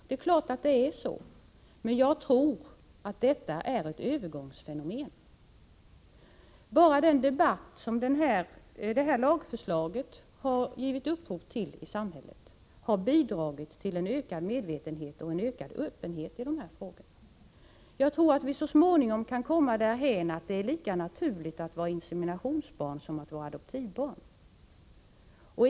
Det är klart att det är så, men jag tror att detta är ett övergångsfenomen. Bara den debatt som detta lagförslag har givit upphov till i samhället har bidragit till en ökad medvetenhet och ökad öppenhet i dessa frågor. Jag tror att vi så småningom kan komma därhän att det är lika naturligt att vara inseminationsbarn som att vara adoptivbarn.